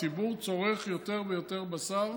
הציבור צורך יותר ויותר בשר,